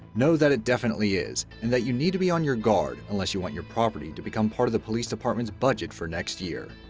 know that it definitely is, and that you need to be on your guard unless you want your property to become part of the police department's budget for next year.